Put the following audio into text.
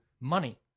money